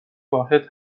واحد